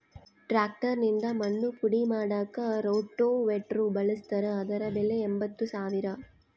tractor ನಿಂದ ಮಣ್ಣು ಪುಡಿ ಮಾಡಾಕ ರೋಟೋವೇಟ್ರು ಬಳಸ್ತಾರ ಅದರ ಬೆಲೆ ಎಂಬತ್ತು ಸಾವಿರ